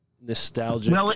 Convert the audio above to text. nostalgic